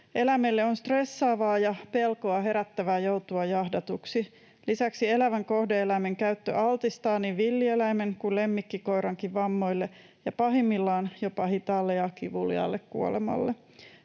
Eläimelle on stressaavaa ja pelkoa herättävää joutua jahdatuksi. Lisäksi elävän kohde-eläimen käyttö altistaa niin villieläimen kuin lemmikkikoirankin vammoille ja pahimmillaan jopa hitaalle ja kivuliaalle kuolemalle.